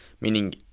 meaning